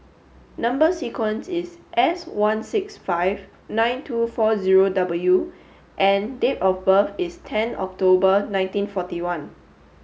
number sequence is S one six five nine two four zero W and date of birth is ten October nineteen forty one